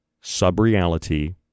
sub-reality